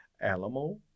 Alamo